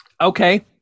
Okay